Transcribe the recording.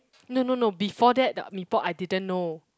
no no no before that the Mee-Pok I didn't know